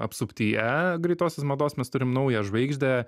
apsuptyje greitosios mados mes turim naują žvaigždę